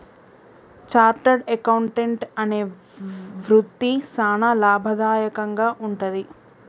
chartered accountant అనే వృత్తి సానా లాభదాయకంగా వుంటది